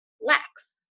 lax